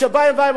שבאים ואומרים,